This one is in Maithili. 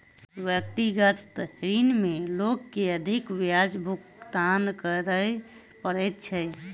व्यक्तिगत ऋण में लोक के अधिक ब्याज भुगतान करय पड़ैत छै